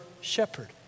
shepherd